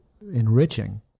enriching